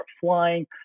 flying